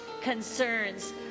concerns